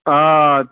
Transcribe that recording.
آ